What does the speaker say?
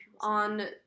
on